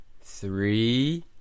Three